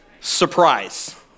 Surprise